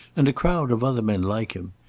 and a crowd of other men like him.